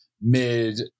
mid